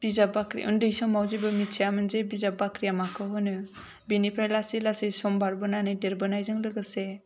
बिजाब बाख्रि उन्दै समाव जेबो मिथियामोन जे बिजाब बाख्रिया माखौ होनो बेनिफ्राय लासै लासै सम बारबोनानै देरबोनायजों लोगोसे